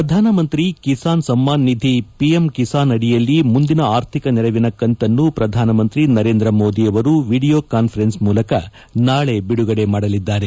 ಪ್ರಧಾನಮಂತ್ರಿ ಕಿಸಾನ್ ಸಮ್ನಾನ್ ನಿಧಿ ಪಿಎಂ ಕಿಸಾನ್ ಅಡಿಯಲ್ಲಿ ಮುಂದಿನ ಆರ್ಥಿಕ ನೆರವಿನ ಕಂತನ್ನು ಪ್ರಧಾನಮಂತ್ರಿ ನರೇಂದ್ರ ಮೋದಿ ಅವರು ವೀಡಿಯೊ ಕಾನ್ವರೆನ್ಸ್ ಮೂಲಕ ನಾಳೆ ಬಿಡುಗಡೆ ಮಾಡಲಿದ್ದಾರೆ